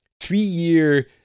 three-year